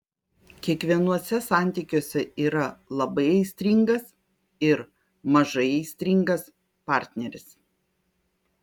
kiekvienuose santykiuose yra labai aistringas ir mažai aistringas partneris